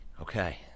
Okay